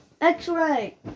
X-ray